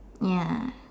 ya